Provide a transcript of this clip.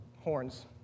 horns